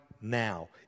now